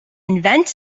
invent